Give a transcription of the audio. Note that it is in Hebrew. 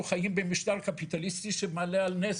אנחנו חיים במשטר קפיטליסטי שמעלה על נס